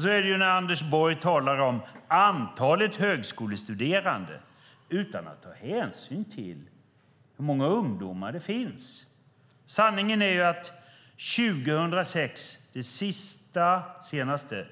Så är det när Anders Borg talar om antalet högskolestuderande utan att ta hänsyn till hur många ungdomar det finns. Sanningen är ju att 2006, det sista, ursäkta mig, det senaste